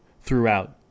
throughout